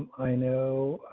i know